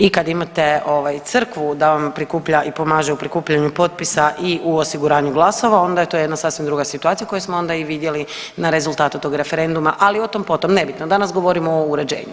I kad imate ovaj crkvu da vam prikuplja i pomaže u prikupljanju potpisa i osiguranju glasova onda je to jedna sasvim druga situacija koju smo onda i vidjeli na rezultatu tog referenduma, ali o tom potom, nebitno danas govorimo o uređenju.